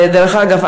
דרך אגב,